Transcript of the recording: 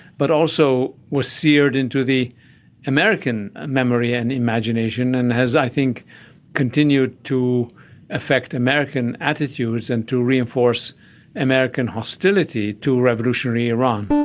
but also was seared into the american memory and imagination and has i think continued to affect american attitudes and to reinforce american hostility to revolutionary iran.